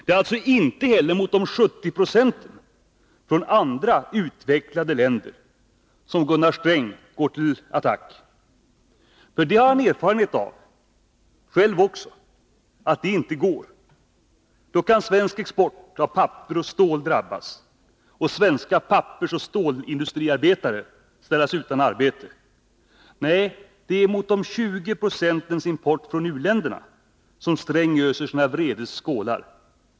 Det är inte heller mot de 70 procenten från andra utvecklade länder som Gunnar Sträng går till attack. Det har han själv erfarenhet av att det inte går. Då kan svensk export av papper och stål drabbas och svenska pappersoch stålindustriarbetare ställas utan arbete. Nej, det är mot de 20 procenten av import från u-länderna som Gunnar Sträng öser sin vredes skålar.